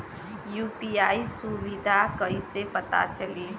UPI सुबिधा कइसे पता चली?